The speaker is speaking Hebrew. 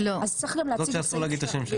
זאת שאסור להגיד את השם שלה.